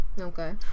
Okay